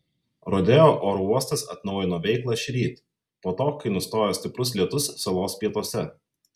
rodeo oro uostas atnaujino veiklą šįryt po to kai nustojo stiprus lietus salos pietuose